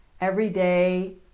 Everyday